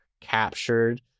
captured